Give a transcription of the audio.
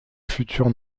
futurs